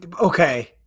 Okay